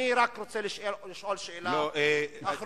אני רק רוצה לשאול שאלה אחרונה,